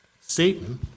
Satan